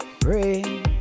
Pray